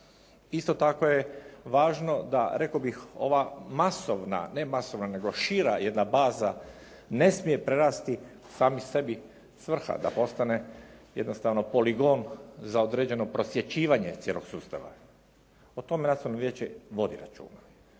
Isto tako je važno da, rekao bih ova masovna, ne masovna nego šira jedna baza ne smije prerasti sami sebi svrha, da postane jednostavno poligon za određeno prosvječivanje cijelog sustava, o tome nacionalno vijeće vodi računa.